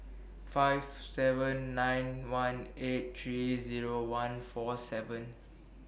five seven nine one eight three Zero one four seven